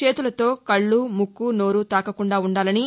చేతులతో కళ్లు ముక్కు నోరు తాకకుండా ఉండాలని